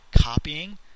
copying